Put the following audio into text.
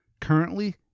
Currently